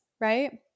right